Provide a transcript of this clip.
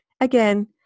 Again